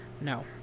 no